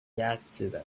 accident